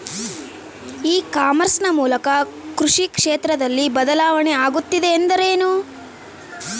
E commerce ನ ಮೂಲಕ ಕೃಷಿ ಕ್ಷೇತ್ರದಲ್ಲಿ ಬದಲಾವಣೆ ಆಗುತ್ತಿದೆ ಎಂದರೆ ಏನು?